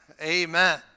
Amen